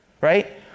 right